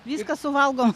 viską suvalgau